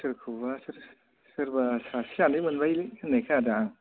सोरखौबा सोर सोरबा सासे सानै मोनबायलै होननाय खोनादों आं